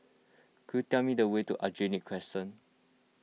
could you tell me the way to Aljunied Crescent